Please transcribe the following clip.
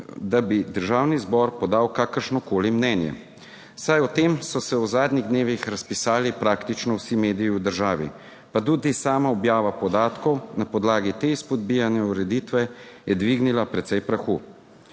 da bi Državni zbor podal kakršnokoli mnenje, saj o tem so se v zadnjih dnevih razpisali praktično vsi mediji v državi, pa tudi sama objava podatkov na podlagi te izpodbijane ureditve je dvignila precej prahu.